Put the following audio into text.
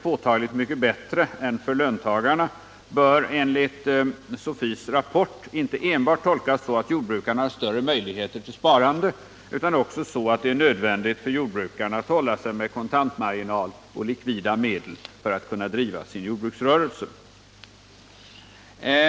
Betydandera SSNUR 5: Välfärdsmätning påtagligt mycket bättre än för löntagarna bör enligt SOET:s rapport inte enbart — och förmögenhetstolkas så, att jordbrukarna har större möjligheter till sparande, utan också så, redovisning att det är nödvändigt för jordbrukaren att hålla sig med kontantmarginal och likvida medel för att kunna driva sin jordbruksrörelse.